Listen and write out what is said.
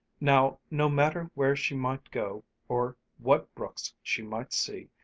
now, no matter where she might go, or what brooks she might see,